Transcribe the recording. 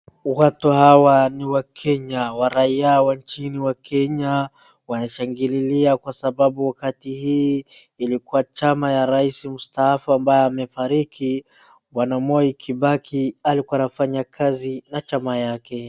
Watu hawa ni wakenya wa raia wa nchini ya kenya wanashangililia kwa sababu wakati hii, ilikua chama ya rais mstaafu ambaye amefariki. Bwana Moi Kibaki alikua anafanya kazi na chama yake.